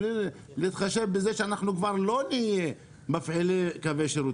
בלי להתחשב בזה שאנחנו כבר לא נהיה מפעילי קווי שירות,